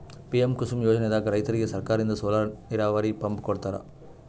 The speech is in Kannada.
ಪಿಎಂ ಕುಸುಮ್ ಯೋಜನೆದಾಗ್ ರೈತರಿಗ್ ಸರ್ಕಾರದಿಂದ್ ಸೋಲಾರ್ ನೀರಾವರಿ ಪಂಪ್ ಕೊಡ್ತಾರ